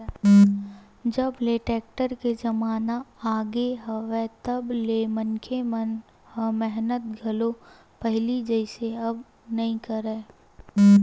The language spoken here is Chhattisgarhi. जब ले टेक्टर के जमाना आगे हवय तब ले मनखे मन ह मेहनत घलो पहिली जइसे अब नइ करय